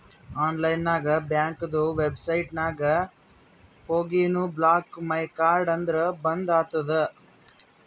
online ನಾಗ್ ಬ್ಯಾಂಕ್ದು website ನಾಗ್ ಹೋಗಿನು ಬ್ಲಾಕ್ ಮೈ ಕಾರ್ಡ್ ಅಂದುರ್ ಬಂದ್ ಆತುದ